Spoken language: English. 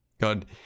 god